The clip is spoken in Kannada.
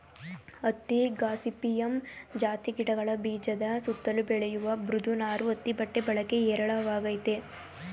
ಹತ್ತಿ ಗಾಸಿಪಿಯಮ್ ಜಾತಿ ಗಿಡಗಳ ಬೀಜದ ಸುತ್ತಲು ಬೆಳೆಯುವ ಮೃದು ನಾರು ಹತ್ತಿ ಬಟ್ಟೆ ಬಳಕೆ ಹೇರಳವಾಗಯ್ತೆ